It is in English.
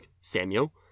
Samuel